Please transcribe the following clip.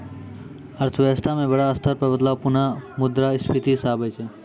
अर्थव्यवस्था म बड़ा स्तर पर बदलाव पुनः मुद्रा स्फीती स आबै छै